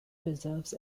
preserves